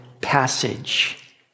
passage